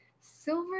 Silver